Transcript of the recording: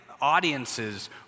audiences